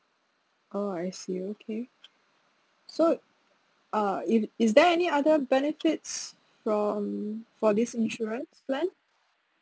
oh I see okay so uh is is there any other benefits from for this insurance plan